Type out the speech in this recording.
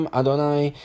adonai